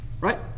Right